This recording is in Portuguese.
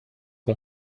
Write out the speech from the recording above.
com